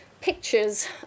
pictures